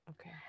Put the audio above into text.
Okay